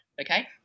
Okay